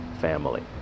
family